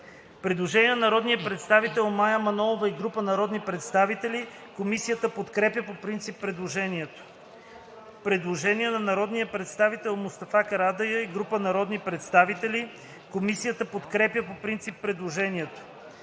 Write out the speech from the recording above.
Предложение на народния представител Мая Манолова и група народни представители. Комисията подкрепя по принцип предложението. Предложение на народния представител Мустафа Карадайъ и група народни представители. Комисията подкрепя по принцип предложението.